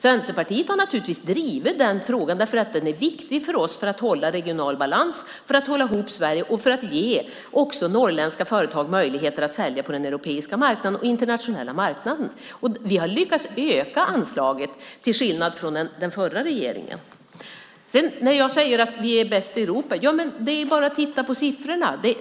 Centerpartiet har naturligtvis drivit den frågan därför att den är viktig för oss för att hålla regional balans, för att hålla ihop Sverige och för att ge också norrländska företag möjligheter att sälja på den europeiska och den internationella marknaden. Vi har lyckats öka anslaget till skillnad från den förra regeringen. När jag säger att vi är bäst i Europa är det bara att titta på siffrorna.